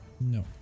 No